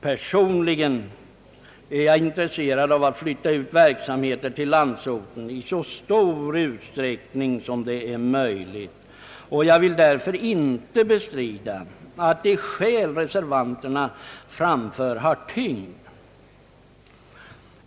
Personligen är jag intresserad av att flytta ut verksamheter till landsorten i så stor utsträckning som möjligt, och jag vill därför inte bestrida att de skäl reservanterna framför har tyngd.